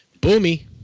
Boomy